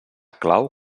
clau